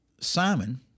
Simon